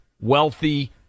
wealthy